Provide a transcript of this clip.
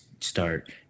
start